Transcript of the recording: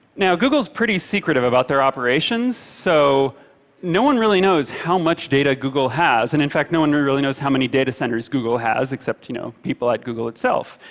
now, google's pretty secretive about their operations, so no one really knows how much data google has, and in fact, no one really really knows how many data centers google has, except you know people at google itself.